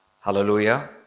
Hallelujah